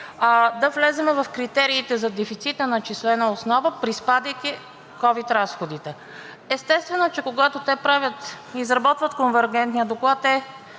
да влезем в критериите за дефицита начислена основа, приспадайки ковид разходите. Естествено е, че когато правят, изработват конвергентния доклад,